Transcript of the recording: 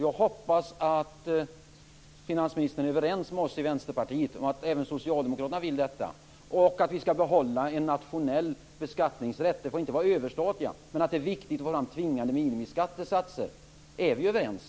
Jag hoppas att finansministern är överens med oss i Vänsterpartiet om detta och att även Socialdemokraterna vill att vi skall behålla en nationell beskattningsrätt. Det får inte vara överstatlighet, men det är viktigt med tvingande minimiskattesatser. Är vi överens?